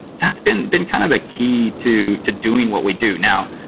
that's been been kind of the key to to doing what we do. now,